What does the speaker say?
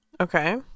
okay